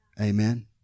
Amen